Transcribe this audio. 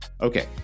Okay